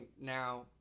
now